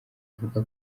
avuga